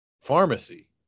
pharmacy